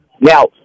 Now